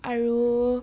আৰু